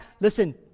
Listen